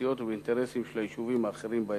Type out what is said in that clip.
פרטיות ובאינטרסים של היישובים האחרים באזור.